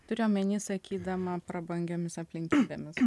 turi omeny sakydama prabangiomis aplinkybėmis